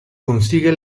consigue